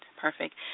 Perfect